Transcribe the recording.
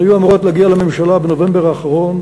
הן היו אמורות להגיע לממשלה בנובמבר האחרון.